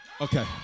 Okay